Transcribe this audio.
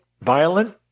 violent